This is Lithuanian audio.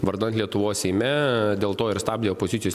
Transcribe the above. vardan lietuvos seime dėl to ir stabdė opozicijos